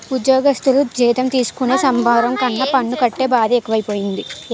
ఉజ్జోగస్థులు జీతం తీసుకునే సంబరం కన్నా పన్ను కట్టే బాదే ఎక్కువైపోనాది